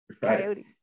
Coyote